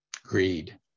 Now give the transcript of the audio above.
greed